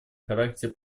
характер